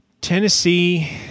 Tennessee